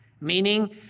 Meaning